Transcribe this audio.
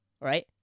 right